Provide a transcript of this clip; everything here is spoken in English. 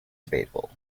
debatable